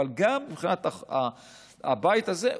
אבל גם מבחינת הבית הזה,